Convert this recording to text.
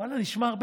ואללה, נשמע הרבה.